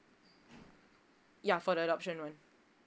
ya for the adoption one